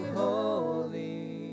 holy